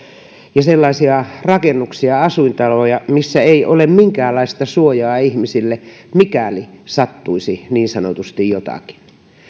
ja sellaisia rakennuksia asuintaloja missä ei ole minkäänlaista suojaa ihmisille mikäli sattuisi niin sanotusti jotakin